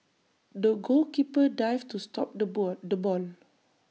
the goalkeeper dived to stop the ball the bone